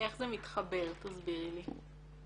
זה מתחבר, תסבירי לי?